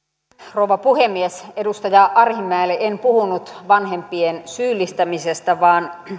rouva puhemies edustaja arhinmäelle en puhunut vanhempien syyllistämisestä vaan